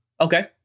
Okay